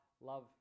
love